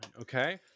Okay